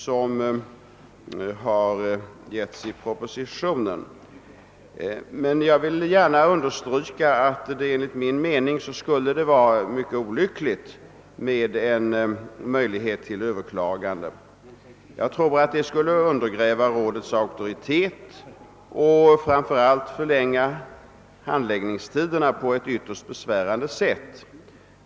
som redovisats i propositionen — men jag vill därutöver gärna understryka att det enligt min mening skulle vara olyckligt med en möjlighet till överklagande. Jag tror att det skulle undergräva rådets auktoritet och framför allt förlänga handläggningstiderna på ett ytterst besvärande sätt.